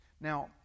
Now